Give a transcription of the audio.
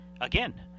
again